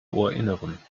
ohrinneren